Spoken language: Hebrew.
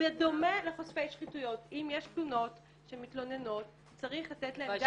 בדומה לחושפי שחיתויות אם יש תלונות של מתלוננות צריך לתת להן גב